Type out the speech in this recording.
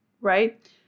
right